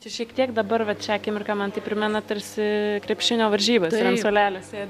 čia šiek tiek dabar vat šią akimirką man tai primena tarsi krepšinio varžybas ant suolelio sėdi